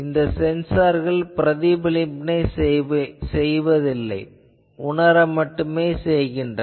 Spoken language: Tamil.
இந்த சென்சார்கள் பிரதிபலிப்பினை செய்வதில்லை இவை உணர மட்டுமே செய்கின்றன